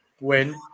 win